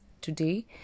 today